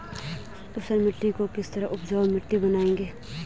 ऊसर मिट्टी को किस तरह उपजाऊ मिट्टी बनाएंगे?